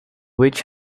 which